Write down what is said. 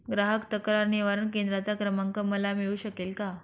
ग्राहक तक्रार निवारण केंद्राचा क्रमांक मला मिळू शकेल का?